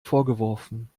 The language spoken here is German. vorgeworfen